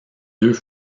deux